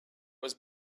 was